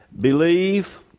believe